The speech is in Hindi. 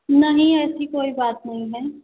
नहीं ऐसी कोई बात नहीं है